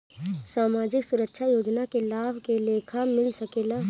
सामाजिक सुरक्षा योजना के लाभ के लेखा मिल सके ला?